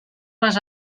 les